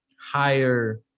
Higher